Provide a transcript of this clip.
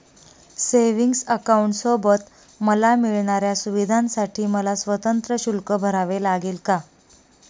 Savings अकाउंटसोबत मला मिळणाऱ्या सुविधांसाठी मला स्वतंत्र शुल्क भरावे लागेल का?